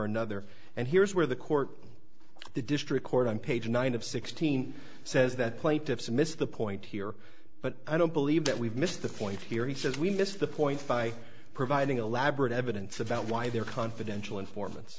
another and here's where the court the district court on page nine of sixteen says that plaintiffs missed the point here but i don't believe that we've missed the point here he says we missed the point by providing elaborate evidence about why there confidential informants